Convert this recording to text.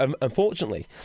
unfortunately